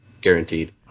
guaranteed